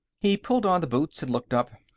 he pulled on the boots and looked up.